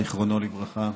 זיכרונו לברכה,